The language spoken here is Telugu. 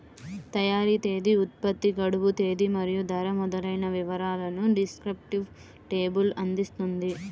తయారీ తేదీ, ఉత్పత్తి గడువు తేదీ మరియు ధర మొదలైన వివరాలను డిస్క్రిప్టివ్ లేబుల్ అందిస్తుంది